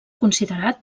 considerat